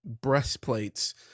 breastplates